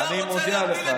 אתה רוצה להפיל את המדינה,